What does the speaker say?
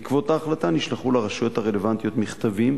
בעקבות ההחלטה נשלחו לרשויות הרלוונטיות מכתבים